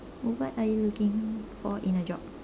what are you looking for in a job